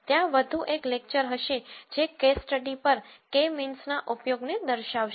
ત્યાં વધુ એક લેક્ચર હશે જે કેસ સ્ટડી પર કે મીન્સ ના ઉપયોગને દર્શાવશે